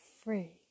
free